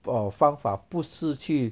err 方法不是去